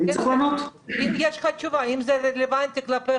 אם יש לך תשובה, אם זה רלוונטי כלפיך.